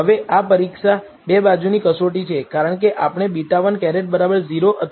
હવે આ પરીક્ષા બે બાજુની કસોટી છે કારણ કે આપણે β̂ 1 0 અથવા